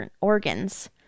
organs